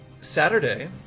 Saturday